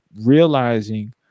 realizing